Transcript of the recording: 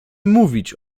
mówić